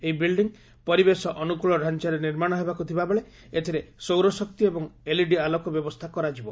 ଏହି ବିଲ୍ଡିଂ ପରିବେଶ ଅନୁକୂଳ ଡାଞ୍ଚାରେ ନିର୍ମାଣ ହେବାକୁ ଥିବାବେଳେ ଏଥିରେ ସୌରଶକ୍ତି ଏବଂ ଏଲ୍ଇଡି ଆଲୋକ ବ୍ୟବସ୍ତା କରାଯିବ